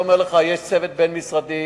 אני אומר לך שיש צוות בין-משרדי.